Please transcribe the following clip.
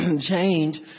change